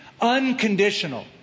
unconditional